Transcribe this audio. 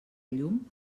llum